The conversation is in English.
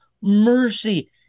Mercy